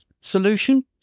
solution